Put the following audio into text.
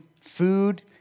food